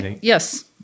Yes